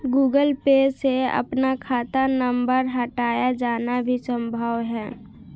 Google Pay से अपना खाता नंबर हटाया जाना भी संभव है